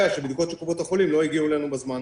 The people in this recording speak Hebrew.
שבדיקות של קופות החולים לא הגיעו אלינו בזמן.